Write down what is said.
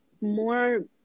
more